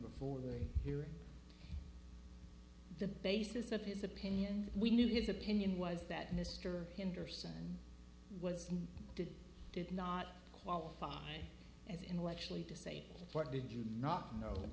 before we hear the basis of his opinion we knew his opinion was that mr henderson was did did not qualify as intellectually to say what did you not kno